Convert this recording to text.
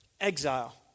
Exile